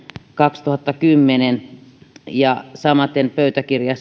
kaksituhattakymmenen ja samaten pöytäkirjaa